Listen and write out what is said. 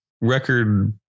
record